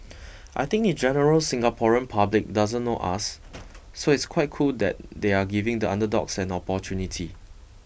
I think the general Singaporean public doesn't know us so it's quite cool that they are giving the underdogs an opportunity